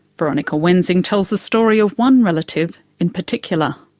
veronica wensing tells the story of one relative in particular.